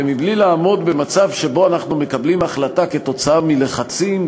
ובלי לעמוד במצב שבו אנחנו מקבלים החלטה כתוצאה מלחצים,